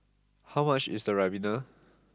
how much is Ribena